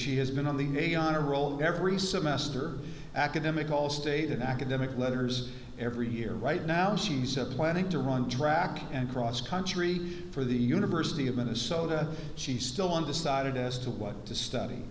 she has been on the honor roll every semester academic all state and academic letters every year right now she said planning to run track and cross country for the university of minnesota she's still undecided as to what to study